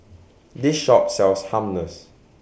This Shop sells Hummus